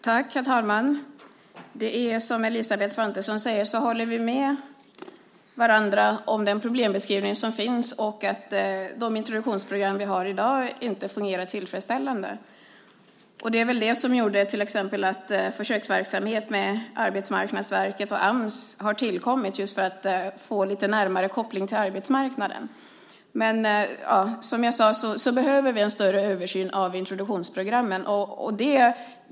Herr talman! Som Elisabeth Svantesson säger är vi överens om den problembeskrivning som finns och att de introduktionsprogram vi har i dag inte fungerar tillfredsställande. Det är väl det som gjort att till exempel försöksverksamhet med Arbetsmarknadsverket och Ams tillkommit, alltså just för att få en lite närmare koppling till arbetsmarknaden. Som jag sade behöver vi en större översyn av introduktionsprogrammen.